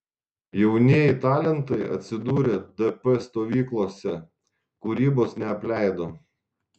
jaunieji talentai atsidūrę dp stovyklose kūrybos neapleido